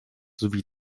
sowie